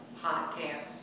podcasts